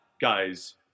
guys